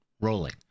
rolling